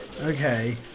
Okay